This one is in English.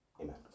Amen